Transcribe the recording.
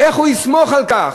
איך הוא יסמוך על כך,